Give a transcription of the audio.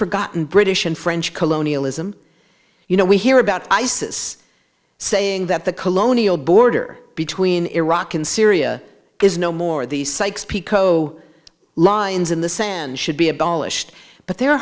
forgotten british and french colonialism you know we hear about isis saying that the colonial border between iraq and syria is no more of these sites pico lines in the sand should be abolished but they